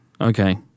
Okay